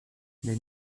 les